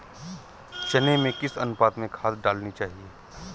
चने में किस अनुपात में खाद डालनी चाहिए?